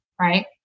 right